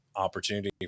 opportunity